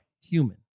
Human